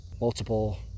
Multiple